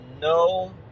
no